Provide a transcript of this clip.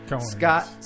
Scott